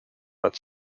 but